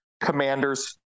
commanders